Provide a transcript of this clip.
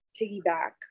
piggyback